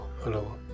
hello